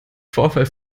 vorwahl